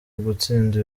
ugutsinda